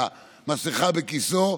והמסכה בכיסו,